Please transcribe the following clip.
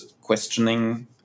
questioning